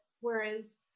whereas